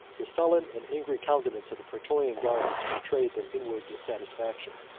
the sullen and angry countenance of the praetorian guards betrayed their inward dissatisfaction.